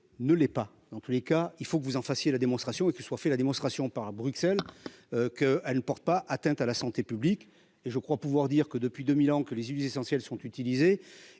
ne l'est pas, en tous les cas, il faut que vous en fassiez la démonstration et que ce soit fait la démonstration par Bruxelles que elle ne porte pas atteinte à la santé publique et je crois pouvoir dire que, depuis 2 1000 ans que les unités essentielles sont utilisés,